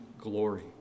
glory